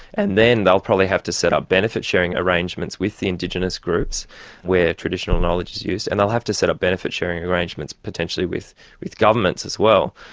and then they'll probably have to set up benefit sharing arrangements with the indigenous groups where traditional knowledge is used, and they'll have to set up benefit sharing arrangements potentially with with governments as well.